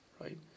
Right